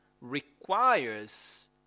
requires